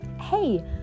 Hey